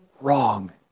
wrong